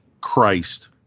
christ